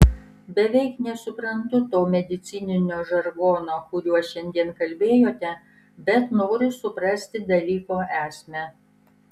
beveik nesuprantu to medicininio žargono kuriuo šiandien kalbėjote bet noriu suprasti dalyko esmę